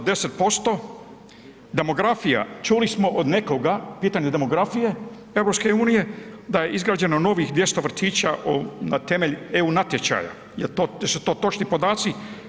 Demografija, čuli smo od nekoga, pitanje demografije EU da je izgrađeno novih 200 vrtića na temelju EU natječaja, jel to, jesu to točni podaci?